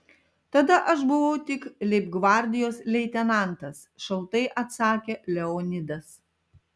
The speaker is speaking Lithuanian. tada aš buvau tik leibgvardijos leitenantas šaltai atsakė leonidas